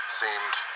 seemed